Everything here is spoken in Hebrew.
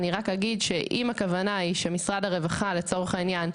אני רק אגיד שאם הכוונה היא שמשרד הרווחה לצורך העניין,